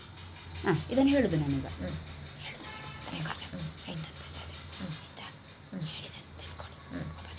ರೈತನು ಬೇಸಾಯದ ಕೆಲಸಗಳಿಗೆ, ಕೃಷಿಗೆ ಸಾಲ ಪಡಿಲಿಕ್ಕೆ ಯಾವುದೆಲ್ಲ ಮೂಲ ಪತ್ರ ಕೊಡ್ಬೇಕು?